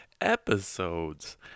episodes